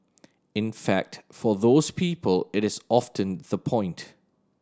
in fact for those people it is often the point